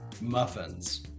muffins